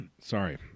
Sorry